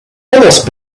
almost